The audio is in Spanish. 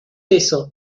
eso